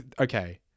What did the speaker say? okay